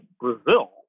Brazil